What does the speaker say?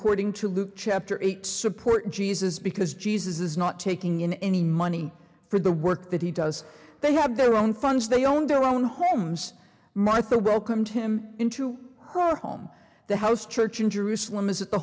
quoting to luke chapter eight support jesus because jesus is not taking any money for the work that he does they have their own funds they own their own homes martha welcomed him into her home the house church in jerusalem is